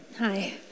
Hi